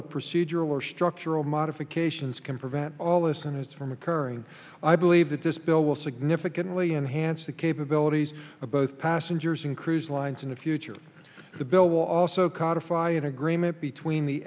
of procedural or structural modifications can prevent all this and this from occurring i believe that this bill will significantly enhance the capabilities of both passengers and cruise lines in the future the bill will also cause a fire agreement between the